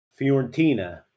Fiorentina